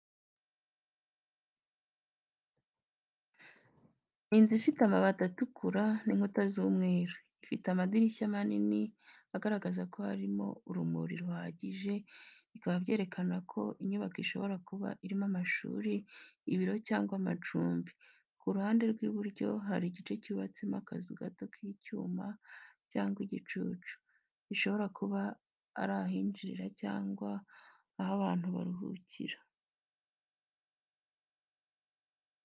Ni inzu ifite amabati atukura n’inkuta z’umweru. Ifite amadirishya manini, agaragaza ko harimo urumuri ruhagije, bikaba byerekana ko inyubako ishobora kuba irimo amashuri, ibiro cyangwa amacumbi. Ku ruhande rw'iburyo hari igice cyubatsemo akazu gato k'icyuma cyangwa igicucu, gishobora kuba ari ahinjirira cyangwa aho abantu baruhukira.